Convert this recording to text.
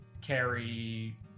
carry